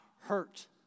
hurt